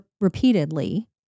repeatedly